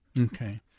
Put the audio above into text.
Okay